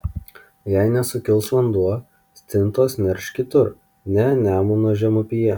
jei nesukils vanduo stintos nerš kitur ne nemuno žemupyje